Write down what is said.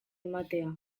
ematea